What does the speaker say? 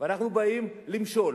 ואנחנו באים למשול